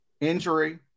injury